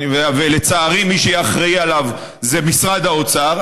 ולצערי מי שיהיה אחראי לו זה משרד האוצר.